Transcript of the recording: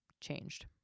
changed